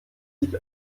sich